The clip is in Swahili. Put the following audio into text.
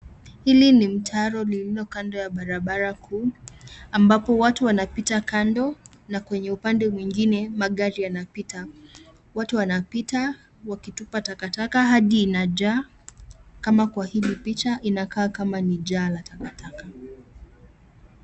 Hili ni mtaro lililo kando ya barabara kuu ambapo watu wanapita kando na kwenye upande mwingine magari yanapita. Watu wanapita wakitupa takataka hadi inajaa. Kama kwa hili picha inakaa kama ni jaa la takataka.